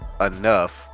enough